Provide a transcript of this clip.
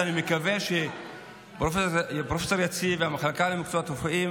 ואני מקווה שפרופ' יציב והמחלקה למקצועות רפואיים